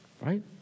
right